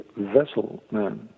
Vesselman